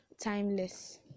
timeless